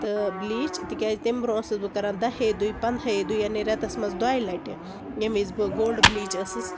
تہٕ بِلیٖچ تِکیٛازِ تٔمۍ برونٛہہ ٲسٕس بہٕ کران دَہی دۄہٕے پَنٛداہی دۄہٕے یعنے ریٚتَس منٛز دۄیہِ لَٹہِ ییٚمہِ وِز بہٕ گولڈٕ بِلیٖچ ٲسٕس